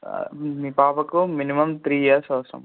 మీ పాపకు minimum three years అవసరం